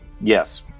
Yes